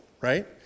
right